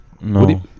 No